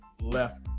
left